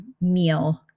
meal